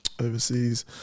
overseas